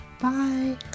Bye